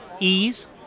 ease